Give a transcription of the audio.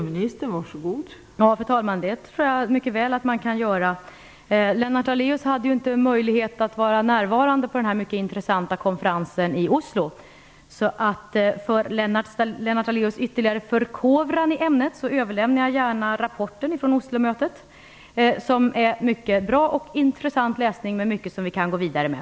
Fru talman! Det tror jag mycket väl att man kan göra. Lennart Daléus hade inte möjlighet att vara närvarande på den mycket intressanta konferensen i Oslo. För Lennart Daléus ytterligare förkovran i ämnet överlämnar jag gärna ett dedicerat exemplar av rapporten från Oslomötet. Det är en mycket bra och intressant läsning och innehåller mycket som vi kan gå vidare med.